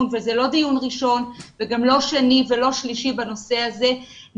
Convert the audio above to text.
וזה לא דיון ראשון גם לא שני ולא שלישי בנושא הזה,